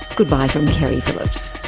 goodbye from keri phillips